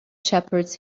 shepherds